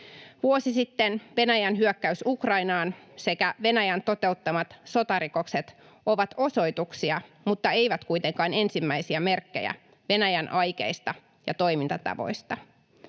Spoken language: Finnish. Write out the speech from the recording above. Vuosi sitten Venäjän hyökkäys Ukrainaan sekä Venäjän toteuttamat sotarikokset ovat osoituksia, mutta eivät kuitenkaan ensimmäisiä merkkejä, Venäjän aikeista ja toimintatavoista.